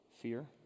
fear